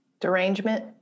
derangement